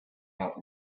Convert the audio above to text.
out